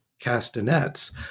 castanets